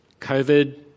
COVID